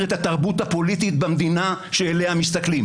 את התרבות הפוליטית במדינה שאליה מסתכלים.